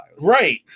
right